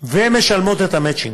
ומשלמות את המצ'ינג.